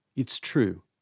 it's true,